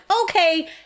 Okay